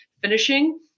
finishing